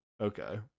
Okay